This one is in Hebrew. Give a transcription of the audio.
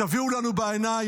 תביאו לנו בעיניים,